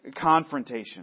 confrontation